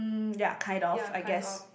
um ya kind of I guess